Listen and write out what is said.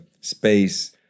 space